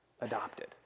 adopted